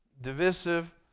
divisive